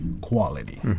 quality